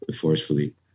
forcefully